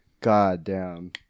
Goddamn